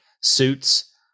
suits